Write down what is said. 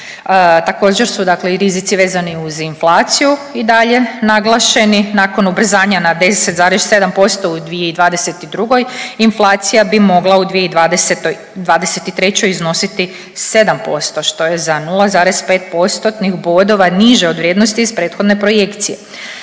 Također su dakle i rizici vezani uz inflaciju i dalje naglašeni. Nakon ubrzanja na 10,7% u 2022. inflacija bi mogla u 2023. iznositi 7% što je za 0,5%-tnih bodova niže od vrijednosti iz prethodne projekcije.